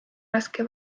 raske